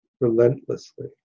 relentlessly